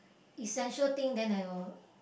essential thing then I'll